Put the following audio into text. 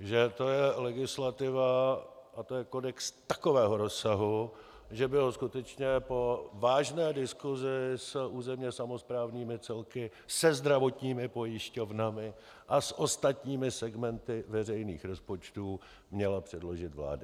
že to je legislativa a je to kodex takového rozsahu, že by ho skutečně po vážné diskusi s územně samosprávnými celky, se zdravotními pojišťovnami a s ostatními segmenty veřejných rozpočtů měla předložit vláda.